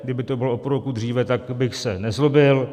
Kdyby to bylo o půl roku dříve, tak bych se nezlobil.